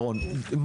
שרון, בבקשה.